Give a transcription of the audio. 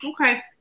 Okay